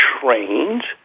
trained